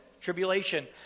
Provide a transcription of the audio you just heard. tribulation